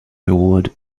reward